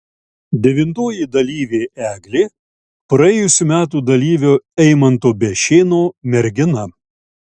devintoji dalyvė eglė praėjusių metų dalyvio eimanto bešėno mergina